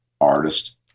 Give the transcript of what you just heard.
artist